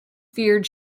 feared